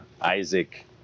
Isaac